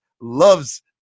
loves